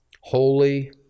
holy